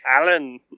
Alan